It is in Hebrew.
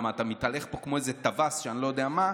למה אתה מתהלך פה כמו איזה טווס שאני לא יודע מה.